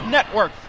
Network